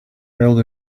held